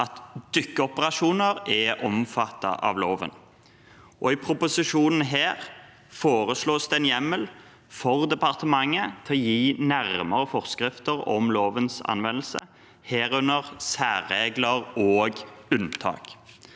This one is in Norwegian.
at dykkeoperasjoner er omfattet av loven. I proposisjonen til denne saken foreslås det en hjemmel for departementet til å gi nærmere forskrifter om lovens anvendelse, herunder særregler og unntak.